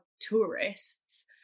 tourists